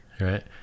Right